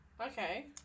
Okay